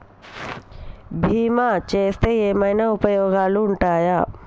బీమా చేస్తే ఏమన్నా ఉపయోగాలు ఉంటయా?